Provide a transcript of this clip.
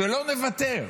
שלא נוותר.